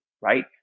right